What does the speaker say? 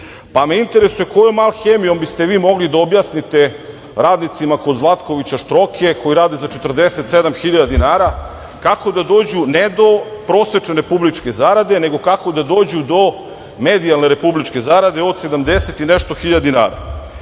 Pa me interesuje kojom alhemijom biste vi mogli da objasnite radnicima kod Zlatkovića Štroke, koji rade za 47.000 dinara, kako da dođu ne do prosečne republičke zarade, nego kako da dođu do medijalne republičke zarade od 70.000 i